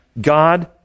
God